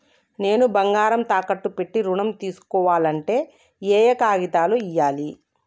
నేను బంగారం తాకట్టు పెట్టి ఋణం తీస్కోవాలంటే ఏయే కాగితాలు ఇయ్యాలి?